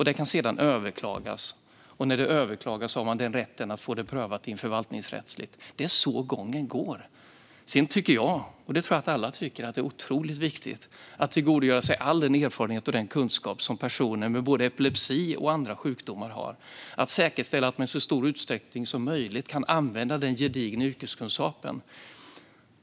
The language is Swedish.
Det kan sedan överklagas. Och när det överklagas har man rätten att få det prövat förvaltningsrättsligt. Det är så gången är. Sedan tycker jag, och det tror jag att alla tycker, att det är otroligt viktigt att tillgodogöra sig all den erfarenhet och den kunskap som personer både med epilepsi och andra sjukdomar har och att säkerställa att de i så stor utsträckning som möjligt kan använda sin gedigna yrkeskunskap.